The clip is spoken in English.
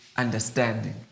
Understanding